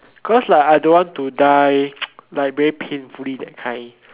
cause like I don't want to die like very painfully that kind